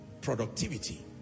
Productivity